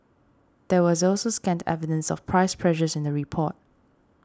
there was also scant evidence of price pressures in the report